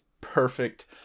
perfect